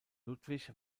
ludwig